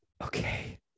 okay